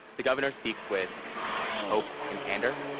the governor speaks with hope and candor.